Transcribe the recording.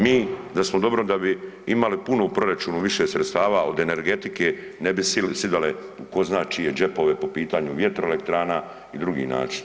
Mi da smo dobro da bi imali puno u proračunu više sredstava od energetike ne bi sidale u ko zna u čije džepove po pitanju vjetroelektrana i drugi način.